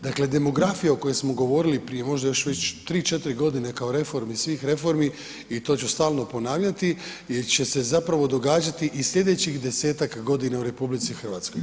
Dakle, demografija o kojoj smo govorili prije možda još već 3-4.g. kao reformi svih reformi i to ću stalno ponavljati, jer će se zapravo događati i slijedećih 10.-tak godina u RH.